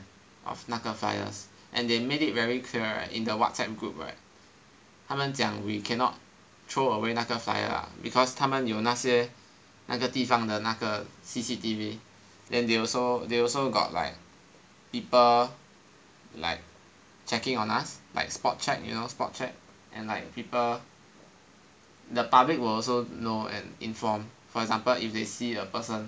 of 那个 flyers and they made it very clear in the Whatsapp group right 他们讲 we cannot throw away 那个 flyer ah because 他们有那些那个地方的那个 C_C_T_V then they also they also got like people like checking on us like spot check you know spot check and like people the public will also know and inform for example if they see a person